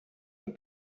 est